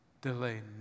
Delay